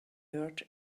earth